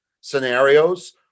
scenarios